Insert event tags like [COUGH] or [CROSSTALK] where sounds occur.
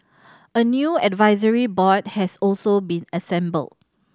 [NOISE] a new advisory board has also been assembled